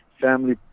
family